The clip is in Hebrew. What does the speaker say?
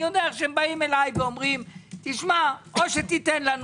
אני יודע שהם באים אליי ואומרים: או תיתן לנו